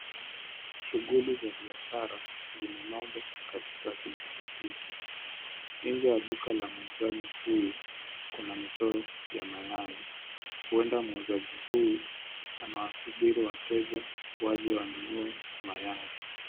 Shughuli za biashara zimenoga katika kijiji hiki, nje ya duka la muuzaji huyu kuna michoro ya mayai huenda muuzaji huyu anawasubiri wateja waje wanunue mayai.